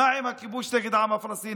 למשל, מה עם הכיבוש נגד העם הפלסטיני?